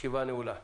ישיבה זו נעולה.